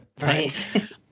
Right